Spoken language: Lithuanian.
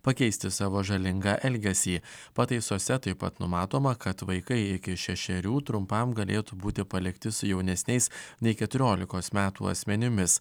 pakeisti savo žalingą elgesį pataisose taip pat numatoma kad vaikai iki šešerių trumpam galėtų būti palikti su jaunesniais nei keturiolikos metų asmenimis